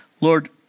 Lord